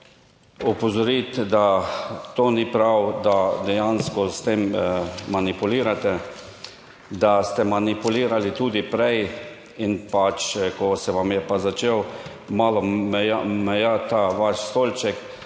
opozoriti, da to ni prav, da dejansko s tem manipulirate, da ste manipulirali tudi prej. In pač, ko se vam je pa začel malo majati ta vaš stolček,